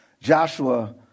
Joshua